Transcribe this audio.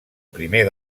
primer